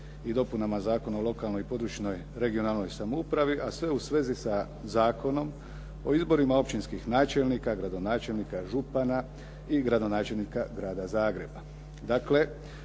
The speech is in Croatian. i dopunama Zakona o lokalnoj i područnoj (regionalnoj) samoupravi, a sve u svezi sa Zakonom o izborima općinskih načelnika, gradonačelnika, župana i gradonačelnika Grada Zagreba.